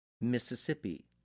Mississippi